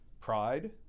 Pride